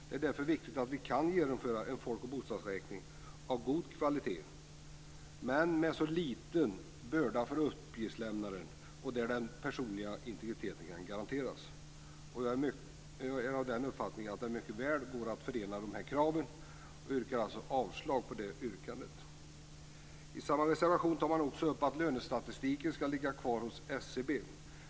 Det är därför viktigt att vi kan genomföra en folk och bostadsräkning av god kvalitet, med så liten börda som möjligt för uppgiftslämnaren och med sådan utformning att den personliga integriteten kan garanteras. Jag har den uppfattningen att det mycket väl går att förena de här kraven och yrkar därför avslag på Bo Könbergs förslag. I samma reservation tar man upp att lönestatistiken ska ligga kvar hos SCB.